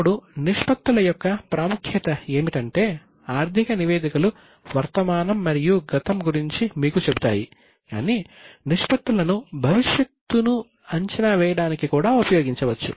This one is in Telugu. ఇప్పుడు నిష్పత్తుల యొక్క ప్రాముఖ్యత ఏమిటంటే ఆర్థిక నివేదికలు వర్తమానం మరియు గతం గురించి మీకు చెప్తాయి కాని నిష్పత్తులను భవిష్యత్తును అంచనా వేయడానికి కూడా ఉపయోగించవచ్చు